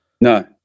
No